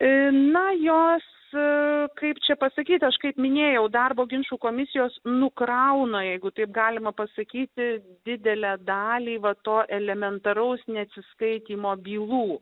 ina juokiasi kaip čia pasakyti aš kaip minėjau darbo ginčų komisijos nukrauna jeigu taip galima pasakyti didelę dalį va to elementaraus neatsiskaitymo bylų